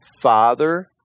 father